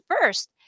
first